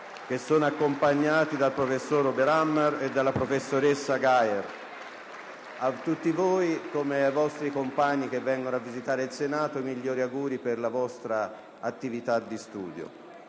Kunter», accompagnati dal professor Oberhammer e dalla professoressa Geier. A tutti voi, come agli altri studenti che vengono a visitare il Senato, rivolgo i migliori auguri per la vostra attività di studio.